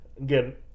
Again